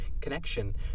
connection